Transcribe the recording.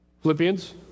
Philippians